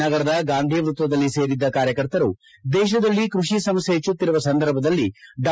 ನಗರದ ಗಾಂಧಿ ವೃತ್ತದಲ್ಲಿ ಸೇರಿದ ಕಾರ್ಯಕರ್ತರು ದೇಶದಲ್ಲಿ ಕೃಷಿ ಸಮಸ್ಯ ಹೆಚ್ಚುತ್ತಿರುವ ಸಂದರ್ಭದಲ್ಲಿ ಡಾ